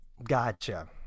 gotcha